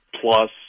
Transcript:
plus